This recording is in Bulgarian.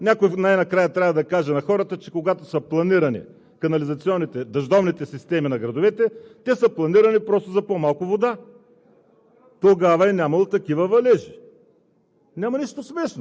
че не сме виновни, че не можем повече да направим. Някой най-накрая трябва да каже на хората, че когато са планирани канализационните, дъждовните системи на градовете, те са планирани просто за по-малко вода